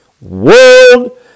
world